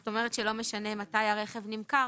זאת אומרת שלא משנה מתי הרכב נמכר,